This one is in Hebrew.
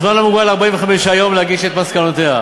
הזמן מוגבל ל-45 יום להגיש את מסקנותיה.